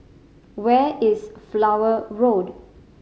where is Flower Road